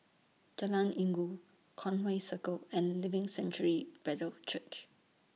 Jalan Inggu Conway Circle and Living Sanctuary Brethren Church